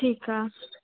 ठीकु आहे